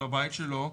לבית שלו,